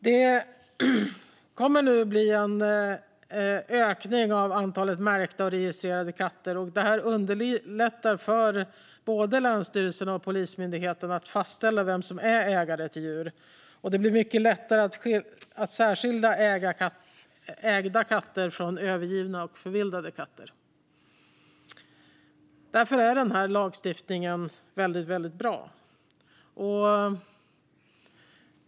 Det kommer nu att bli en ökning av antalet märkta och registrerade katter. Det underlättar för både länsstyrelserna och Polismyndigheten att fastställa vem som är ägare till djur. Det blir mycket lättare att särskilja ägda katter från övergivna och förvildade katter. Därför är lagstiftningen väldigt bra. Fru talman!